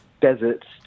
deserts